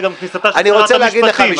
זו גם כניסתה של שרת המשפטים.